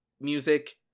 music